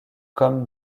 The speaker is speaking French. comme